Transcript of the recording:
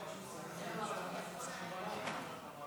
בבקשה.